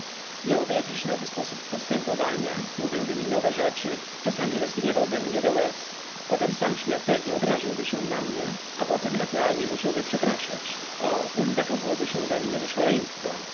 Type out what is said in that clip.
miałby jakiś nowy sposób postępowania mówiłby mi nowe rzeczy czasami rozgniewałby mnie do łez potem sam śmiertelnie obraziłby się na mnie a potem naturalnie musiałby przepraszać o ten zakochałby się we mnie do szaleństwa